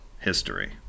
history